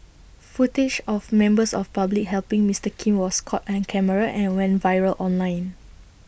footage of members of public helping Mister Kim was caught on camera and went viral online